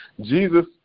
Jesus